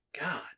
God